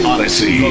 Odyssey